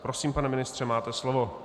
Prosím, pane ministře, máte slovo.